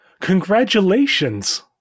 Congratulations